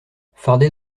fardé